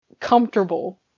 Comfortable